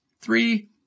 Three